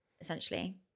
essentially